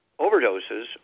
overdoses